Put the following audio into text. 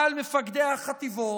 על מפקדי החטיבות,